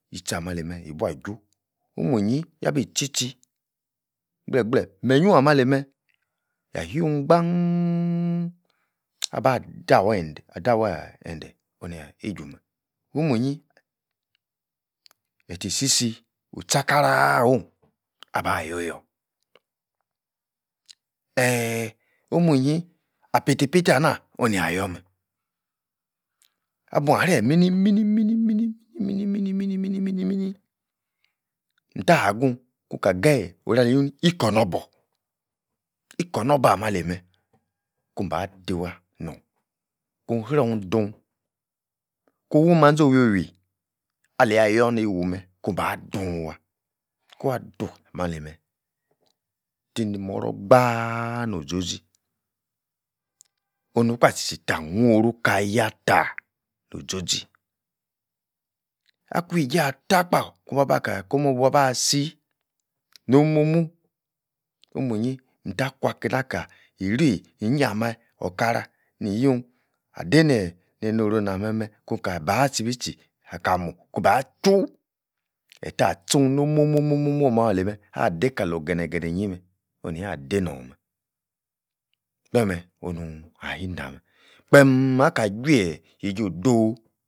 Yitchi-ah-meh, ali-meh yiba-ju, omwui nyi yibua i-tchi-tchi, gbleh-gbleh meyi-oyo ah-meh ali-meh, yah-hun gbaan abah-dawende-onia-iju-meh. o'mwini, e-tisi-si oh-tcha-karaaah ohn abah-yoh-yor, eeeh, omwuinyi apeitei-peitei ah-nah onu-nia-yor meh abua-hre-mini mini-mini-mini-mini-mini-mini-mini-mini, nta-ha-guh kun-ka oru-aleini-yu-nini ikor-nor-bor, ikor-nor-bor ah-meh=ali-meh, kun-ba dei wa nuhn, kun hron dun, kun-wui mazi owio-wui aleyi ayor nei-wu meh kuba dun-wah kuan-dun mali-meh, ti-ni moror kpaaah no-zozi onu-kpa-tchi-tchi tah! nuhn-woru kaya-ta no-zozi akweijah tah kpah kubua ba kaya koh mu-bua-basi noh mo'mu omuinyi, nta kwa-kie naka iri inyia-ahmeh okara-aiyum adei neh oro-nah-meh-meh kun-kabasibi tchi akamu kun-ba chwu etah-ah-tchu-no'h muo'h-muo'h muah ah meh ali-meh adei kale ogene-gene nyi-meh, onia dei-nohn men, meh-meh onun ahi-nah-meh, kpeeem aka chwueiyi yeijo do'wu